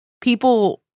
people